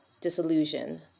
disillusion